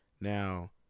Now